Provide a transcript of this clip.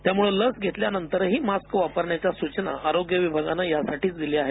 त्यामुळे लस घेतल्यानंतरही मास्क वापरण्याच्या सूचना आरोग्य विभागाने यासाठीच दिल्या आहेत